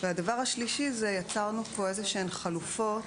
והדבר השלישי זה שיצרנו פה חלופות.